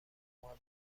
محبت